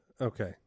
Okay